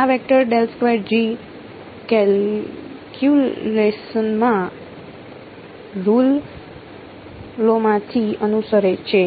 આ વેક્ટર કેલ્ક્યુલસના રુલ ોમાંથી અનુસરે છે